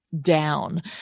down